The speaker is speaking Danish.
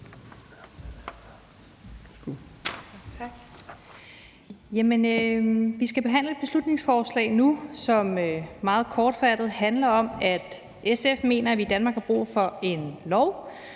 Vi skal behandle et beslutningsforslag nu, som meget kort fortalt handler om, at SF mener, at vi i Danmark har brug for en lov,